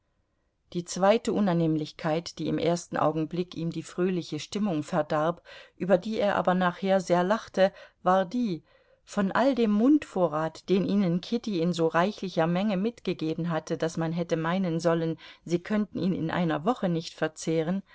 die zweite unannehmlichkeit die im ersten augenblick ihm die fröhliche stimmung verdarb über die er aber nachher sehr lachte war die von all dem mundvorrat den ihnen kitty in so reichlicher menge mitgegeben hatte daß man hätte meinen sollen sie könnten ihn in einer woche nicht verzehren